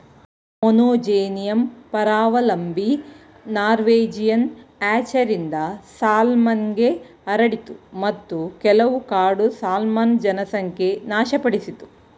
monogenean ಪರಾವಲಂಬಿ Norwegian ಹ್ಯಾಚರಿಂದ ಸಾಲ್ಮನ್ಗೆ ಹರಡಿತು ಮತ್ತು ಕೆಲವು ಕಾಡು ಸಾಲ್ಮನ್ ಜನಸಂಖ್ಯೆ ನಾಶಪಡಿಸಿತು